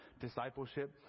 discipleship